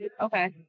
Okay